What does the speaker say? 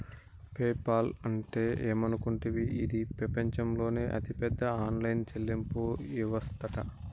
PayPal అంటే ఏమనుకుంటివి, ఇది పెపంచంలోనే అతిపెద్ద ఆన్లైన్ చెల్లింపు యవస్తట